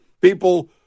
People